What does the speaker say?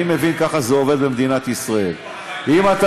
אני מבין שככה זה עובד במדינת ישראל: אם